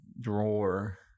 drawer